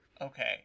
okay